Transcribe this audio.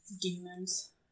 Demons